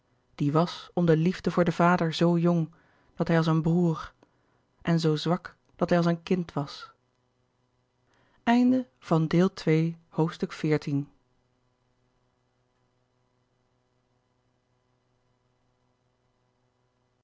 die was om de liefde voor den vader zoo jong dat hij als een broêr en zoo zwak dat hij als een kind was